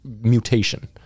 mutation